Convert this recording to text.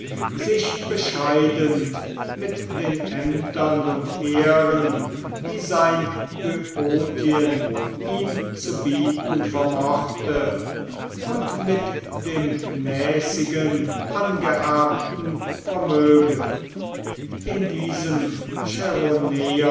sich bescheidend mit den ämtern und ehren die sein böotien ihm zu bieten vermochte und mit dem mäßigen angeerbten vermögen in diesem